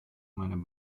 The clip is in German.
meiner